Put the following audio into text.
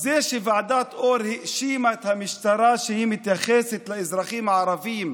זה שוועדת אור האשימה את המשטרה שהיא מתייחסת לאזרחים הערבים